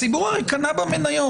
הציבור הרי קנה במניות.